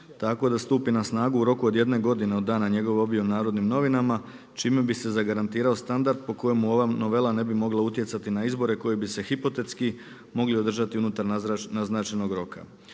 tako da stupi na snagu u roku od 1 godine od dana njegove objave u Narodnim novinama čime bi se zagarantirao standard po kojemu ova novela ne bi mogla utjecati na izbori koji bi se hipotetski mogli održati unutar naznačenog roka.